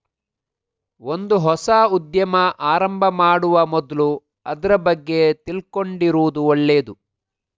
ಒಂದು ಹೊಸ ಉದ್ಯಮ ಆರಂಭ ಮಾಡುವ ಮೊದ್ಲು ಅದ್ರ ಬಗ್ಗೆ ತಿಳ್ಕೊಂಡಿರುದು ಒಳ್ಳೇದು